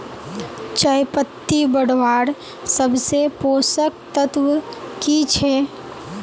चयपत्ति बढ़वार सबसे पोषक तत्व की छे?